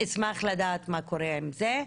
אשמח לדעת מה קורה עם זה.